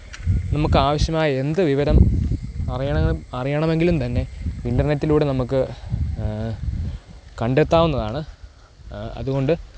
നമുക്ക് ആവശ്യമായ എന്തു വിവരം അറയണ അറയണമെങ്കിലും തന്നെ ഇൻ്റർനെറ്റിലൂടെ നമുക്ക് കണ്ടെത്താവുന്നതാണ് അതുകൊണ്ട്